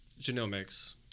genomics